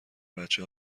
بچه